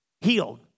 healed